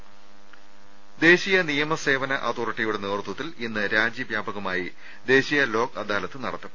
് ദേശീയ നിയമ സേവന അതോറിറ്റിയുടെ നേതൃത്വത്തിൽ ഇന്ന് രാജ്യവ്യാപകമായി ദേശീയ ലോക് അദാലത്ത് നടത്തും